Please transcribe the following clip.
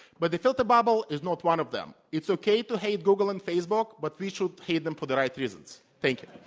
but the filter bubble is not one of them. it's okay to hate google and facebook, but we should hate them for the right reasons. thank you.